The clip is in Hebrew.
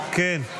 14, כן?